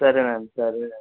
సరేనండి సరే